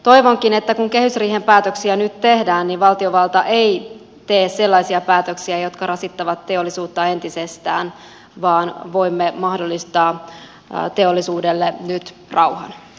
toivonkin että kun kehysriihen päätöksiä nyt tehdään niin valtiovalta ei tee sellaisia päätöksiä jotka rasittavat teollisuutta entisestään vaan voimme mahdollistaa teollisuudelle nyt rauhan